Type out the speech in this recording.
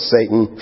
Satan